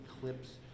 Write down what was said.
clips